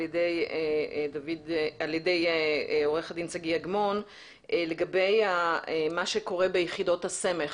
ידי עורך הדין שגיא אגמון לגבי מה שקורה ביחידת הסמך.